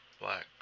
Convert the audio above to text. black